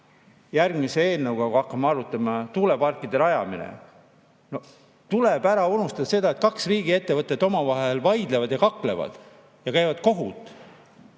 järgmise eelnõuga me hakkame arutama tuuleparkide rajamist. Tuleb ära unustada see, et kaks riigiettevõtet omavahel vaidlevad, kaklevad ja käivad kohut.